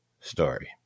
story